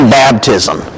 baptism